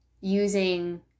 using